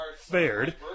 fared